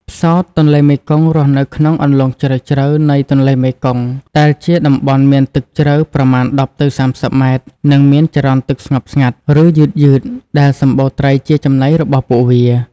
ផ្សោតទន្លេមេគង្គរស់នៅក្នុងអន្លង់ជ្រៅៗនៃទន្លេមេគង្គ ដែលជាតំបន់មានទឹកជ្រៅ ប្រមាណ ១០ ទៅ ៣០ ម៉ែត្រ និងមានចរន្តទឹកស្ងប់ស្ងាត់ ឬយឺតៗ ដែលសម្បូរត្រីជាចំណីរបស់ពួកវា។